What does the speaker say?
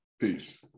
Peace